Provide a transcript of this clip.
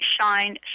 shine